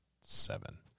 seven